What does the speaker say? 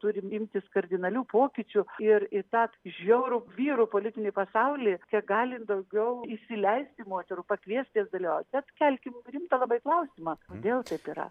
turim imtis kardinalių pokyčių ir į tą žiaurų vyrų politinį pasaulį kiek galim daugiau įsileisti moterų pakviest jas dalyvaut bet kelkim rimtą labai klausimą kodėl taip yra